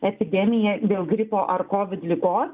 epidemiją dėl gripo ar covid ligos